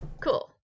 cool